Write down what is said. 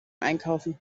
einkaufen